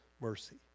mercy